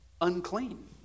unclean